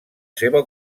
seva